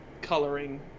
coloring